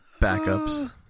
backups